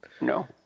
No